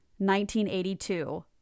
1982